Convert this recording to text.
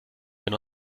wenn